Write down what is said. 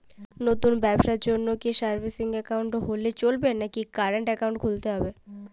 নতুন ব্যবসার জন্যে কি সেভিংস একাউন্ট হলে চলবে নাকি কারেন্ট একাউন্ট খুলতে হবে?